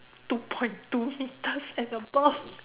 two point two meters and above